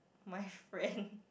my friend